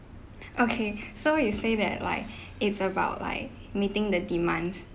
okay so you say that like it's about like meeting the demands